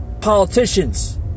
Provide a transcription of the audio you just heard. politicians